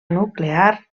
nuclear